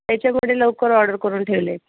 त्याच्यामुळे लवकर ऑर्डर करून ठेवले आहेत